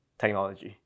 technology